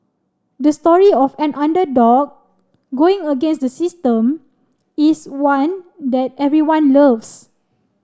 the story of an underdog going against the system is one that everyone loves